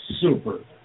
super